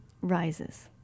rises